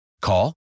Call